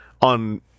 on